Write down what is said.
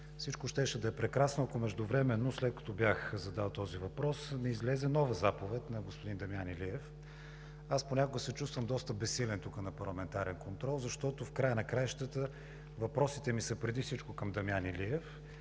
Всичко щеше да е прекрасно, ако междувременно, след като бях задал този въпрос, не излезе нова заповед на господин Дамян Илиев. Понякога се чувствам доста безсилен тук на парламентарен контрол, защото в края на краищата въпросите ми са преди всичко към Дамян Илиев.